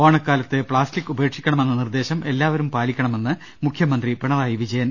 ഓണക്കാലത്ത് പ്ലാസ്റ്റിക് ഉപേക്ഷിക്കണമെന്ന നിർദ്ദേശം എല്ലാ വരും പാലിക്കണമെന്ന് മുഖൃമന്ത്രി പിണറായി വിജയൻ